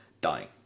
dying